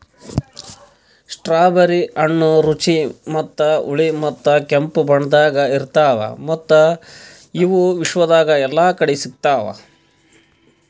strawberry ಹಣ್ಣ ರುಚಿ ಮತ್ತ ಹುಳಿ ಮತ್ತ ಕೆಂಪು ಬಣ್ಣದಾಗ್ ಇರ್ತಾವ್ ಮತ್ತ ಇವು ವಿಶ್ವದಾಗ್ ಎಲ್ಲಾ ಕಡಿ ಸಿಗ್ತಾವ್